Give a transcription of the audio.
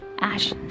ash